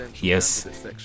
Yes